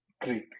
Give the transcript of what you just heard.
Great